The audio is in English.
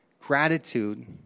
Gratitude